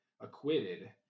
acquitted